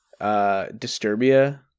Disturbia